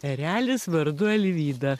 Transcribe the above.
erelis vardu alvyda